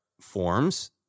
forms